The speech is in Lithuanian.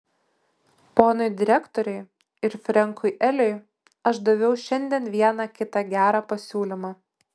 ponui direktoriui ir frenkui eliui aš daviau šiandien vieną kitą gerą pasiūlymą